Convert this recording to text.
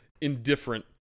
indifferent